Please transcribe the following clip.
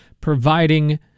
providing